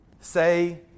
say